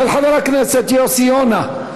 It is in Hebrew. של חבר הכנסת יוסי יונה.